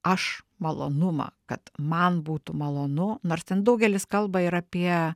aš malonumą kad man būtų malonu nors ten daugelis kalba ir apie